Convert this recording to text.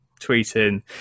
tweeting